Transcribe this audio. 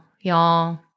y'all